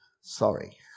Sorry